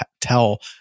tell